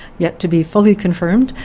yet to be fully confirmed,